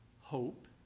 hope